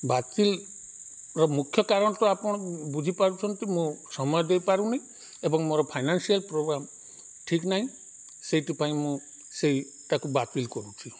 ବାତିଲର ମୁଖ୍ୟ କାରଣ ତ ଆପଣ ବୁଝିପାରୁଛନ୍ତି ମୁଁ ସମୟ ଦେଇପାରୁନି ଏବଂ ମୋର ଫାଇନାନ୍ସିଆଲ୍ ପ୍ରୋବ୍ଲେମ୍ ଠିକ୍ ନାହିଁ ସେଇଥିପାଇଁ ମୁଁ ସେଇ ଟାକୁ ବାତିଲ କରୁଛି